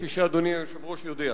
כפי שאדוני היושב-ראש יודע.